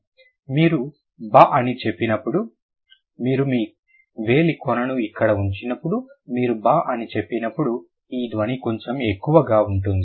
కాబట్టి మీరు బా అని చెప్పినప్పుడు మీరు మీ వేలి కొనను ఇక్కడ ఉంచినప్పుడు మీరు బా అని చెప్పినప్పుడు ఈ ధ్వని కొంచెం ఎక్కువగా ఉంటుంది